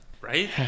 Right